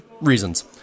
Reasons